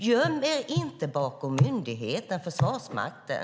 Göm er inte bakom myndigheten Försvarsmakten!